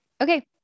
okay